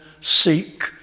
seek